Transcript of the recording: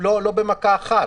לא במכה אחת,